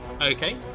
okay